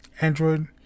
Android